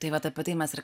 tai vat apie tai mes ir